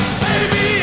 baby